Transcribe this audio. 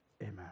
Amen